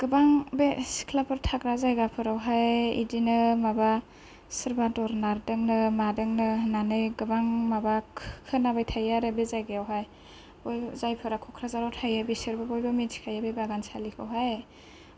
गोबां बे सिख्लाफोर थाग्रा जायगा फोरावहाय इदिनो माबा सोरबा दर नारदोंनो मादोंनो होननानै गोबां माबा खोनाबाय थायो आरो बे जायगायाव हाय जायफोरा कक्राझाराव थायो बिसोरबो बयबो मोनथिखायो बे बागानसालिखौ हाय